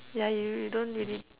yeah y~ you you don't really